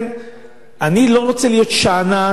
אני לא רוצה להיות שאנן,